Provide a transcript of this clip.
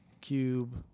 Cube